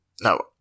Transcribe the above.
no